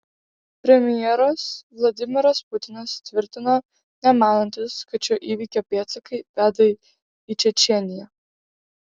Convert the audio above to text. premjeras vladimiras putinas tvirtino nemanantis kad šio įvykio pėdsakai veda į čečėniją